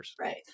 Right